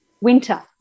winter